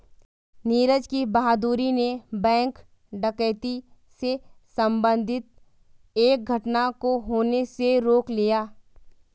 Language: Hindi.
नीरज की बहादूरी ने बैंक डकैती से संबंधित एक घटना को होने से रोक लिया